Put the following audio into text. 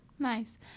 Nice